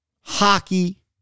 hockey